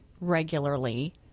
regularly